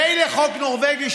מילא החוק הנורבגי,